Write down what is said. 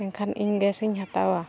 ᱢᱮᱱᱠᱷᱟᱱ ᱤᱧ ᱜᱮᱥ ᱤᱧ ᱦᱟᱛᱟᱣᱟ